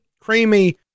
creamy